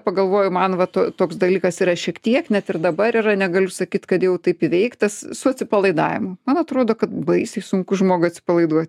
pagalvoju man va to toks dalykas yra šiek tiek net ir dabar yra negaliu sakyt kad jau taip įveiktas su atsipalaidavimu man atrodo baisiai sunku žmogui atsipalaiduot